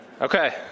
Okay